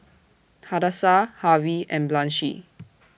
Hadassah Harvey and Blanchie